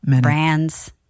brands